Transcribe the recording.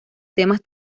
temas